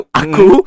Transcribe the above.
aku